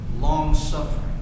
long-suffering